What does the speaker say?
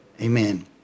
amen